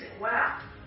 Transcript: Wow